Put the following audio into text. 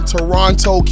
Toronto